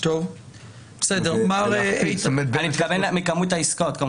אני מתכוון מכמות העסקאות.